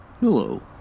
Hello